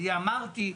אמרתי,